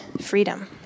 freedom